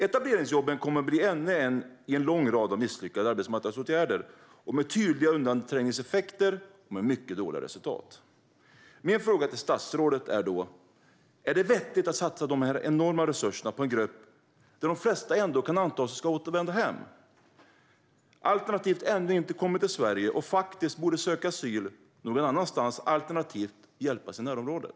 Etableringsjobben kommer att bli ännu en i en lång rad av misslyckade arbetsmarknadsåtgärder med tydliga undanträngningseffekter och mycket dåliga resultat. Min fråga till statsrådet är: Är det vettigt att satsa de här enorma resurserna på en grupp där de flesta ändå, kan man anta, ska återvända hem alternativt ändå inte kommer till Sverige och faktiskt borde söka asyl någon annanstans eller hjälpas i närområdet?